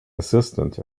assistant